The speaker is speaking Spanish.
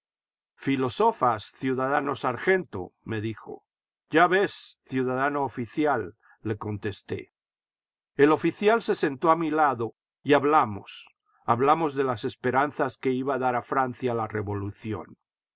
filosofas ciudadano sargento me dijo ya ves ciudadano oficial le contesté el oficial se sentó a mi lado y hablamos hablamos de las esperanzas que iba a dar a francia la revolución